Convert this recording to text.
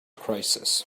crisis